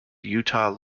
utah